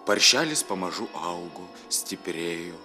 paršelis pamažu augo stiprėjo